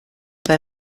bei